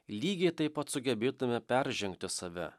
lygiai taip pat sugebėtume peržengti save